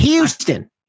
Houston